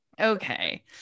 okay